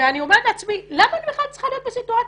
שואלת את עצמי למה בכלל אני צריכה להיות במצב הזה.